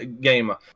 gamer